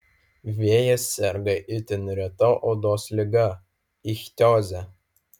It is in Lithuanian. vėjas serga itin reta odos liga ichtioze